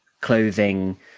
clothing